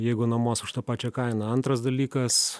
jeigu nuomos už tą pačią kainą antras dalykas